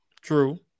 True